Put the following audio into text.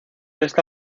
esta